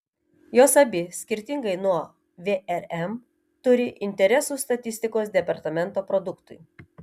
jos abi skirtingai nuo vrm turi interesų statistikos departamento produktui